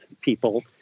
people